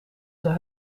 zijn